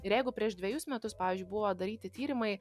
ir jeigu prieš dvejus metus pavyzdžiui buvo daryti tyrimai